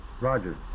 Roger